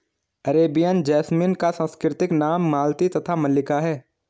Arabian jasmine का संस्कृत नाम मालती तथा मल्लिका है